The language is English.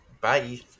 Bye